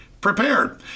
prepared